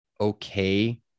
okay